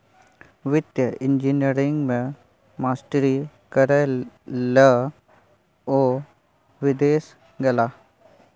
वित्तीय इंजीनियरिंग मे मास्टरी करय लए ओ विदेश गेलाह